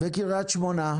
בקריית שמונה,